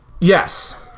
Yes